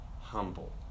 humble